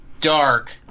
dark